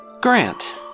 Grant